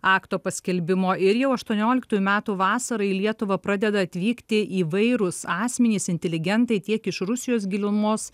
akto paskelbimo ir jau aštuonioliktųjų metų vasarą į lietuvą pradeda atvykti įvairūs asmenys inteligentai tiek iš rusijos gilumos